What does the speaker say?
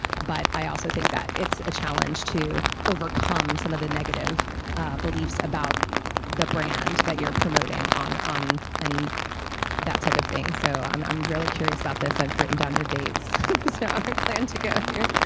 but i also think that it's a challenge to overcome some of the negative beliefs about the brand that you're promoting on on and that type of thing. so i'm i'm really curious about this. i've written down your dates, so i plan to get here.